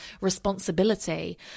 responsibility